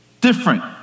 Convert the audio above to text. Different